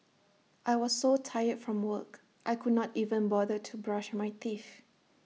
I was so tired from work I could not even bother to brush my teeth